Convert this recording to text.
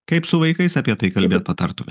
kaip su vaikais apie tai kalbėt patartumėt